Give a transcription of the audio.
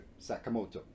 Sakamoto